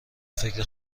فکر